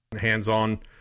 hands-on